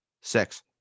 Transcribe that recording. Six